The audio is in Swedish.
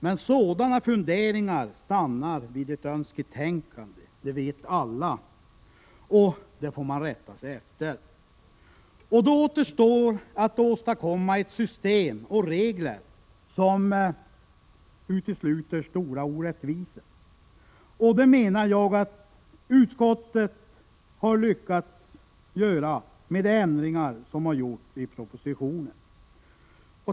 Men sådana funderingar stannar vid ett önsketänkande — det vet vi alla, och det får man rätta sig efter. Då återstår att åstadkomma ett system och regler som utesluter stora orättvisor, och det menar jag att utskottet har lyckats göra genom de ändringar som har gjorts i propositionen.